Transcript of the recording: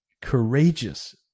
courageous